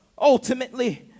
ultimately